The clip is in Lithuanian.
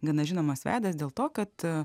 gana žinomas veidas dėl to kad